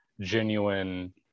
genuine